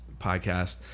podcast